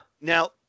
Now